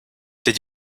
did